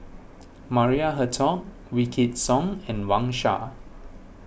Maria Hertogh Wykidd Song and Wang Sha